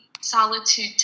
solitude